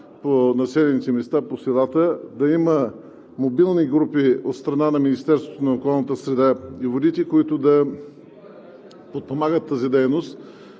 по населените места, по селата да има мобилни групи от страна на Министерството на околната среда и водите, които да подпомагат тази дейност,